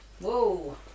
Whoa